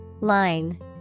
Line